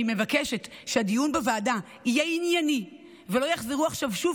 מבקשת שהדיון בוועדה יהיה ענייני ולא יחזרו שוב